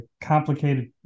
complicated